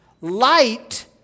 Light